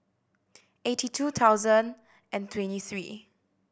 eighty two thousand and twenty three